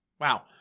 Wow